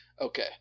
Okay